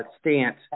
stance